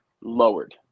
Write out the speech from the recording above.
lowered